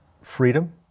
Freedom